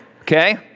Okay